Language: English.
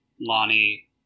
Lonnie